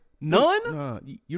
None